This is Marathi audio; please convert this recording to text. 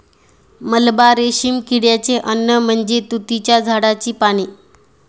मलबा रेशीम किड्याचे अन्न म्हणजे तुतीच्या झाडाची पाने